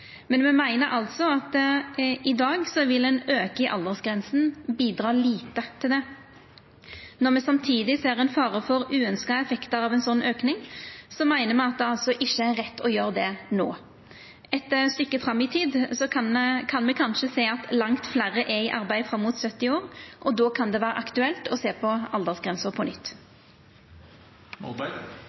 Men me meiner altså at ein auke i aldersgrensa i dag vil bidra lite til det. Når me samtidig ser ein fare for uønskte effektar av ein sånn auke, meiner me at det ikkje er rett å gjera dette no. Eit stykke fram i tid kan me kanskje sjå at langt fleire er i arbeid fram mot 70 år, og då kan det verta aktuelt å sjå på aldersgrensa på